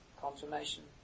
confirmation